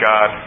God